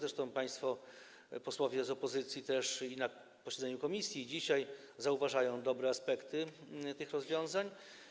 Zresztą państwo posłowie z opozycji też, i na posiedzeniu komisji, i dzisiaj, zauważają dobre aspekty tych rozwiązań.